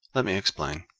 let me explain.